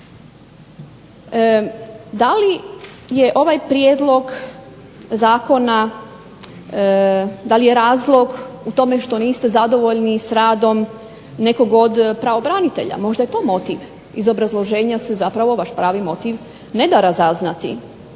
Da li je ovaj prijedlog zakona, da li je razlog u tome što niste zadovoljni s radom nekog od pravobranitelja. Možda je to motiv. Iz obrazloženja se zapravo vaš pravi motiv ne da razaznati.